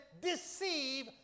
deceive